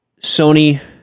Sony